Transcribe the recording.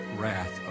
wrath